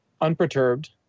Unperturbed